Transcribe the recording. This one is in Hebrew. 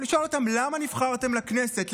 ולשאול אותם: למה נבחרתם לכנסת?